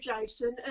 jason